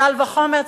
קל וחומר,